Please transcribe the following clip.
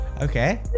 Okay